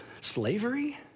slavery